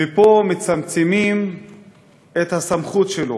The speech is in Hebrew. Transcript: ופה מצמצמים את הסמכות שלו